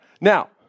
Now